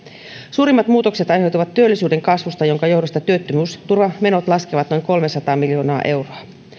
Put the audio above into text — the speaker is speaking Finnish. suurimmat muutokset aiheutuvat työllisyyden kasvusta jonka johdosta työttömyysturvamenot laskevat noin kolmesataa miljoonaa euroa